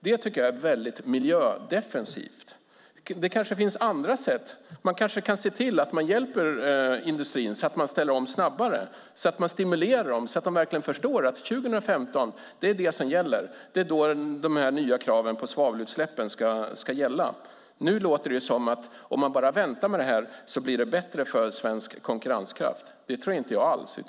Jag tycker att det är väldigt miljödefensivt. Det kanske finns andra sätt. Man kanske kan se till att hjälpa industrin så att de ställer om snabbare, stimulera dem så att de verkligen förstår att 2015 är det som gäller, att det är då de nya kraven på svavelutsläppen ska gälla. Nu låter det som att om man bara väntar med det här blir det bättre för svensk konkurrenskraft. Det tror jag inte alls.